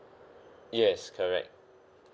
yes correct